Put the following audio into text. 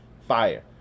Fire